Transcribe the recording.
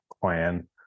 plan